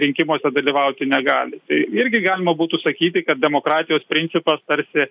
rinkimuose dalyvauti negali tai irgi galima būtų sakyti kad demokratijos principas tarsi